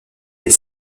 les